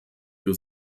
für